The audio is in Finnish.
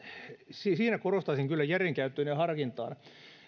niissä korostaisin kyllä järjen käyttöä ja harkintaa